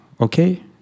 okay